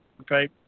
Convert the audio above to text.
okay